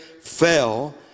fell